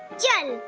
yes,